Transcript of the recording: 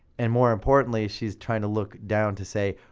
and more importantly, she's trying to look down to say,